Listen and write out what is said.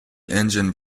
engined